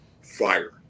fire